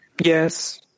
Yes